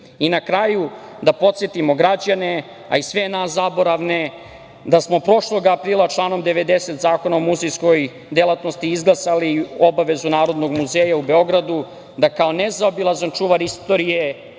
kraju, da podsetimo građane, a i sve nas zaboravne, da smo prošlog aprila članom 90. Zakona o muzejskoj delatnosti izglasali obavezu Narodnog muzeja u Beogradu da kao nezaobilazan čuvar istorije